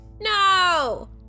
No